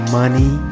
money